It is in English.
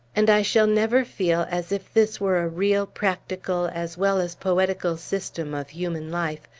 and i shall never feel as if this were a real, practical, as well as poetical system of human life,